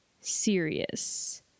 serious